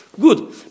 Good